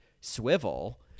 swivel